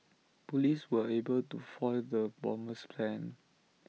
Police were able to foil the bomber's plans